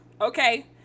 Okay